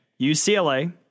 UCLA